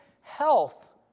health